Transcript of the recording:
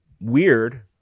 Weird